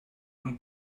von